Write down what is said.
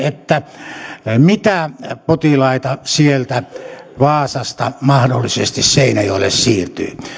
mitä potilaita sieltä vaasasta mahdollisesti seinäjoelle siirtyy